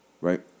right